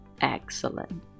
Excellent